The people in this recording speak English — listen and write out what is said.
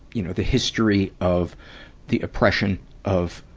you know, the history of the oppression of,